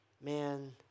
man